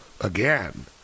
again